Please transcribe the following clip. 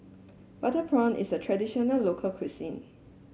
Butter Prawn is a traditional local cuisine